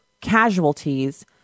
casualties